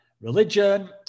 religion